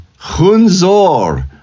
khunzor